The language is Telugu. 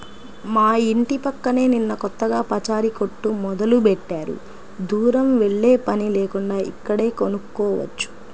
మా యింటి పక్కనే నిన్న కొత్తగా పచారీ కొట్టు మొదలుబెట్టారు, దూరం వెల్లేపని లేకుండా ఇక్కడే కొనుక్కోవచ్చు